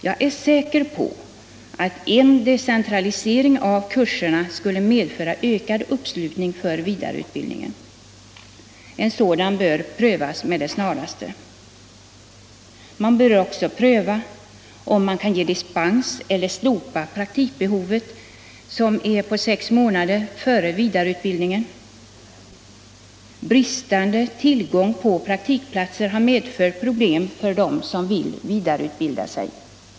Jag är säker på att en decentralisering av kurserna skulle medföra ökad uppslutning kring vidareutbildningen. En sådan decentralisering bör prövas snarast. Man bör också pröva om man kan ge dispens från eller slopa praktikkravet på sex månader för vidareutbildningen. Bristande tillgång på praktikplatser har nämligen medfört problem för dem som önskar vidareutbilda sig.